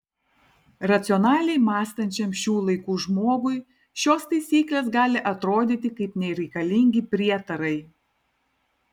racionaliai mąstančiam šių laikų žmogui šios taisyklės gali atrodyti kaip nereikalingi prietarai